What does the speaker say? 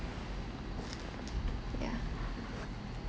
yeah